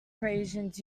equations